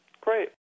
Great